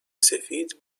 سفید